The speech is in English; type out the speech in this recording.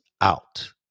out